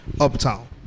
uptown